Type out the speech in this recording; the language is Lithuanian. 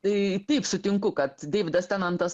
tai taip sutinku kad deividas tenantas